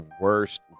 worst